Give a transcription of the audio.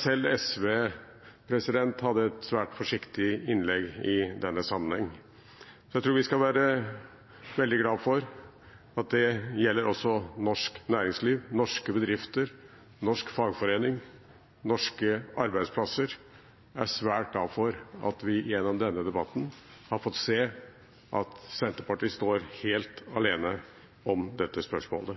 Selv SV hadde et svært forsiktig innlegg i denne sammenheng. Jeg tror vi skal være veldig glad for at det gjelder også norsk næringsliv. Norske bedrifter, norsk fagforening og norske arbeidstakere er svært glad for at vi gjennom denne debatten har fått se at Senterpartiet står helt alene i dette spørsmålet.